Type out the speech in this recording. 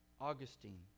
Augustine